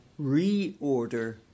reorder